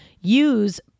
use